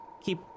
keep